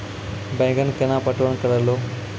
बैंगन केना पटवन करऽ लो?